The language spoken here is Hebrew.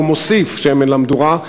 הוא מוסיף שמן למדורה,